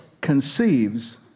conceives